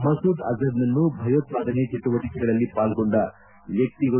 ಮಸೂದ್ ಅಜರ್ನನ್ನು ಭಯೋತ್ಪಾದನೆ ಚುಟುವಟಕೆಗಳಲ್ಲಿ ಪಾಲ್ಗೊಂಡ ವ್ಯಕ್ತಿಗಳು